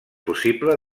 possible